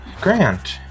Grant